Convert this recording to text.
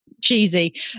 cheesy